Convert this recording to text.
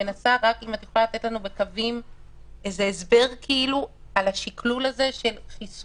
רק אם את יכולה לתת לנו בקווים הסבר על השקלול הזה של חיסונים,